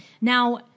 Now